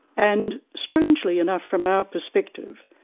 and strangely enough from our perspective,